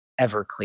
Everclear